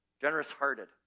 Generous-hearted